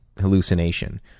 hallucination